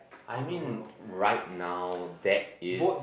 I mean right now that is